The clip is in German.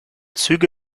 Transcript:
züge